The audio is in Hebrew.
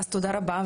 אז תודה רבה,